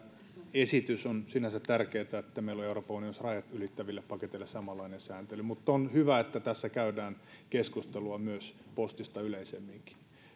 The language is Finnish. on sinänsä tärkeätä että meillä on euroopan unionissa rajat ylittäville paketeille samanlainen sääntely mutta on hyvä että tässä käydään keskustelua postista yleisemminkin